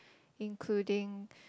including